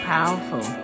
Powerful